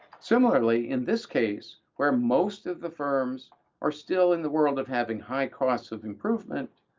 similarly, in this case, where most of the firms are still in the world of having high costs of improvement,